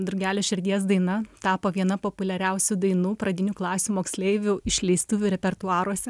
drugelio širdies daina tapo viena populiariausių dainų pradinių klasių moksleivių išleistuvių repertuaruose